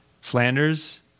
Flanders